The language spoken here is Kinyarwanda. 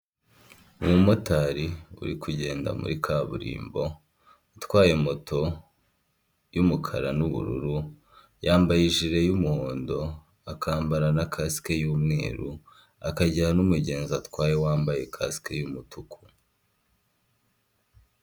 Urubuga rwitwa eni ero eyi cyangwa nashono landi otoriti, rwifashishwa muri repubulika y'u Rwanda, aho itanga ku buryo bwihuse amakuru y'ingenzi ku butaka.